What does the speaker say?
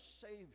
Savior